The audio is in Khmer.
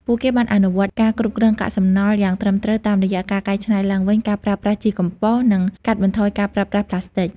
ពួកគេបានអនុវត្តការគ្រប់គ្រងកាកសំណល់យ៉ាងត្រឹមត្រូវតាមរយៈការកែច្នៃឡើងវិញ ការប្រើប្រាស់ជីកំប៉ុស និងកាត់បន្ថយការប្រើប្រាស់ប្លាស្ទិក។